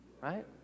right